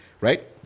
right